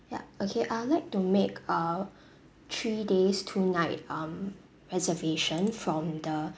yup okay I would like to make a three days two night um reservation from the